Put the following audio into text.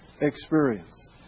experience